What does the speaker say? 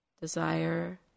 desire